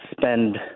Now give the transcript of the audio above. spend